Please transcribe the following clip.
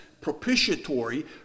propitiatory